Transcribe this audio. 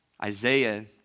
Isaiah